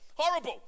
horrible